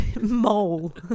mole